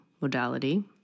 modality